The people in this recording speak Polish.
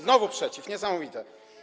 Znowu przeciw. Niesamowite.